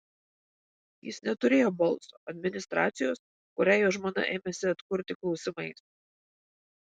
jis neturėjo balso administracijos kurią jo žmona ėmėsi atkurti klausimais